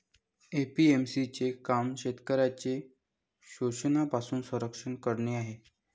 APMC चे काम शेतकऱ्यांचे शोषणापासून संरक्षण करणे आहे